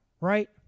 Right